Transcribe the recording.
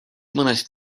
mõnes